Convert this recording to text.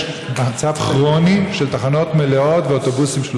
ולהיות חלק מהמיעוט המשמיץ?